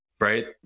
right